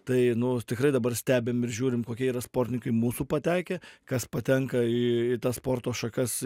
tai nu tikrai dabar stebim ir žiūrim kokie yra sportininkai mūsų patekę kas patenka į tas sporto šakas